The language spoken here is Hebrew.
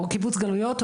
או קיבוץ גלויות,